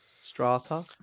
Strata